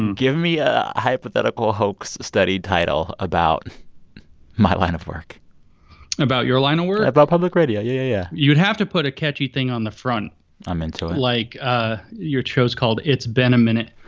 and give me a hypothetical hoax study title about my line of work about your line of work? about public radio. yeah, yeah, yeah you'd have to put a catchy thing on the front i'm into it like ah your show's called it's been a minute.